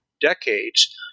decades